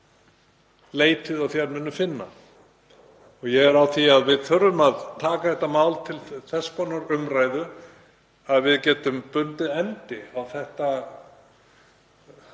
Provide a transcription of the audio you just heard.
Leitið og þér munuð finna. Ég er á því að við þurfum að taka þetta mál til þess konar umræðu að við getum bundið endi á þetta